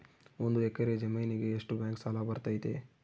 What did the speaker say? ಒಂದು ಎಕರೆ ಜಮೇನಿಗೆ ಎಷ್ಟು ಬ್ಯಾಂಕ್ ಸಾಲ ಬರ್ತೈತೆ?